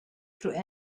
through